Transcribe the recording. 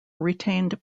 retained